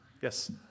Yes